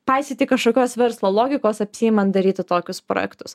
paisyti kažkokios verslo logikos apsiimant daryti tokius projektus